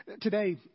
Today